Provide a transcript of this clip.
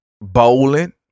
Bowling